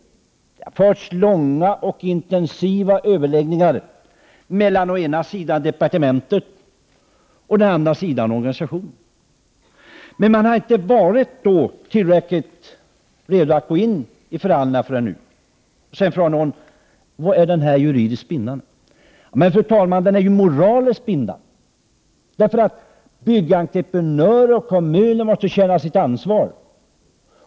Det har förts långa och intensiva överläggningar mellan departementet och organisationen, men man har inte varit beredd att gå in i förhandlingarna förrän nu. Sedan frågar någon om denna överenskommelse är juridiskt bindande. Men, fru talman, den är ju moraliskt bindande. Byggentreprenörer och kommuner måste känna sitt ansvar.